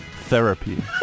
therapy